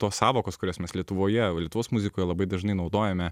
tos sąvokos kurias mes lietuvoje lietuvos muzikoj labai dažnai naudojame